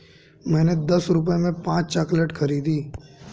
मैंने दस रुपए में पांच चॉकलेट खरीदी